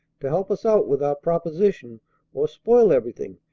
to help us out with our proposition or spoil everything,